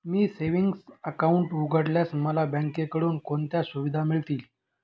मी savings account उघडल्यास मला बँकेकडून कोणत्या सुविधा मिळतील?